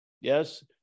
Yes